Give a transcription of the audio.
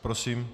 Prosím.